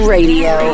Radio